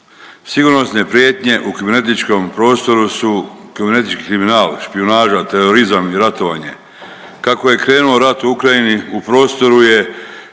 Sigurnosne prijetnje u kibernetičkom prostoru su kibernetički kriminal, špijunaža, terorizam i ratovanje. Kako je krenuo rat u Ukrajini u prostoru je